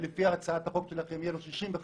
שלפי הצעת החוק שלכם יהיה לו 65%